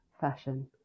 fashion